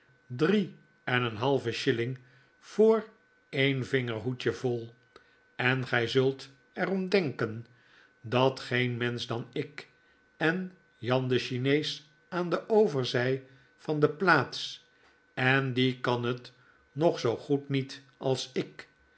drie en een halve shilling voor een vingerhoedje vol en gij zult er om denken dat geen mensch dan ik en jan de chinees aan de overzjj van de plaats en die kan het nog zoo goed niet als ik